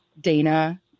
Dana